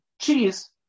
cheese